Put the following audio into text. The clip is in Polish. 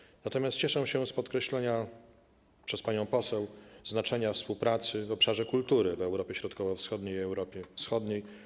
Cieszę się natomiast z podkreślenia przez panią poseł znaczenia współpracy w obszarze kultury w Europie Środkowo-Wschodniej i Europie Wschodniej.